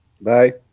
Bye